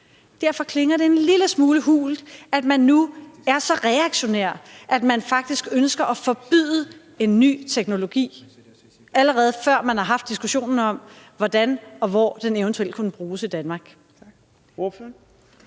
Derfor klinger det en lille smule hult, at man nu er så reaktionær, at man faktisk ønsker at forbyde en ny teknologi, allerede før man har haft diskussionen om, hvordan og hvor den eventuelt kunne bruges i Danmark.